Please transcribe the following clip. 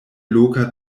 loka